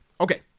Okay